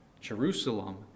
Jerusalem